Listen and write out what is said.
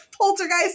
poltergeist